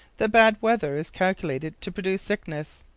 the bad weather is calculated to produce sickness.